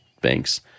banks